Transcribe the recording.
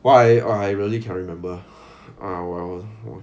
!wah! I !wah! I really cannot remember our